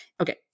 okay